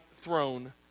Throne